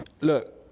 look